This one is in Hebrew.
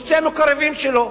הוא רוצה מקורבים שלו.